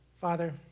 Father